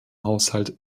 haushalt